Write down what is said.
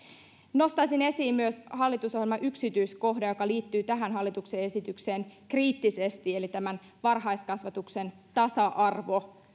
nostaisin myös esiin hallitusohjelman yksityiskohdan joka liittyy tähän hallituksen esitykseen kriittisesti eli tämän varhaiskasvatuksen tasa arvon